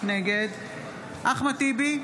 נגד אחמד טיבי,